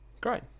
Great